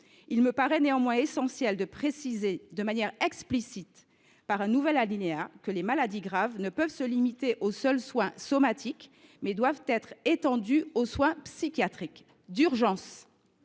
Il me paraît néanmoins essentiel de préciser de manière explicite, dans un nouvel alinéa, que le caractère de gravité ne peut se limiter aux seuls soins somatiques et doit être étendu aux soins psychiatriques d’urgence.